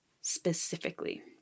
specifically